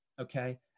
Okay